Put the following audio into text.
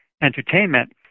entertainment